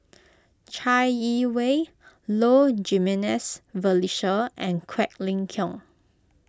Chai Yee Wei Low Jimenez Felicia and Quek Ling Kiong